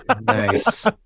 nice